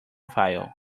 file